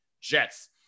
Jets